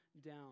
down